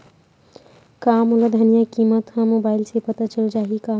का मोला धनिया किमत ह मुबाइल से पता चल जाही का?